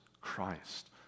Christ